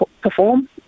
perform